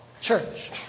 church